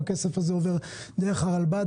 הכסף הזה עובר דרך הרלב"ד.